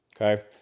Okay